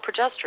progesterone